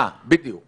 אה, בדיוק.